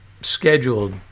scheduled